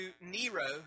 Nero